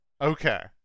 okay